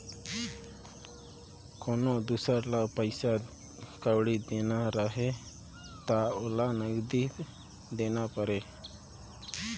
कोनो दुसर ल पइसा कउड़ी देना रहें त ओला नगदी देना परे